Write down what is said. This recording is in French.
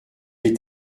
est